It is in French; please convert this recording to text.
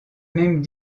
même